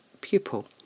pupil